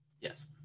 Yes